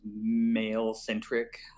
male-centric